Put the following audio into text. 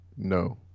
No